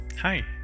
Hi